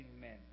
men